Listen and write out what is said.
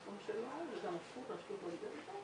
כל אותם זוגות שנמצאים במציאות הזאת.